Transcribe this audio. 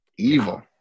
Evil